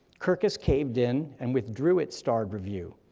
kirkus caved in and withdrew its starred review,